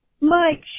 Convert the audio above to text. Mike